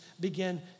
begin